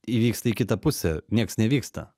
įvyksta į kitą pusę nieks nevyksta